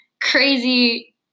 crazy